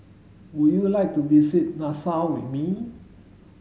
would you like to visit Nassau with me